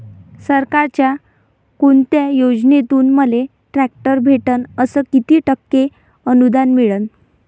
सरकारच्या कोनत्या योजनेतून मले ट्रॅक्टर भेटन अस किती टक्के अनुदान मिळन?